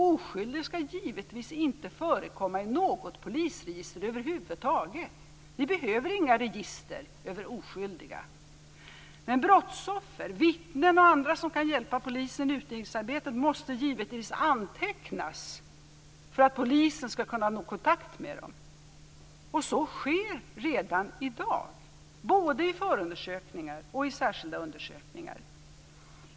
Oskyldiga skall givetvis inte förekomma i något polisregister över huvud taget. Vi behöver inga register över oskyldiga. Men brottsoffer, vittnen och andra som kan hjälpa polisen i utredningsarbetet måste givetvis antecknas för att polisen skall kunna få kontakt med dem. Så sker också redan i dag, både i förundersökningar och i särskilda undersökningar.